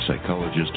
psychologist